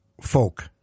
folk